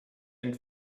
and